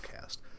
cast